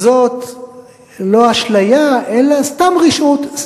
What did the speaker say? זו לא אשליה אלא סתם רשעות,